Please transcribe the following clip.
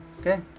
Okay